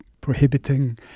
prohibiting